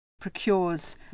procures